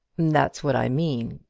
that's what i mean.